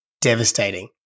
devastating